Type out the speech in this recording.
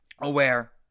Aware